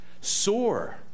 Soar